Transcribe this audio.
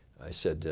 i said,